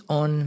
on